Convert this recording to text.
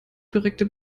korrekte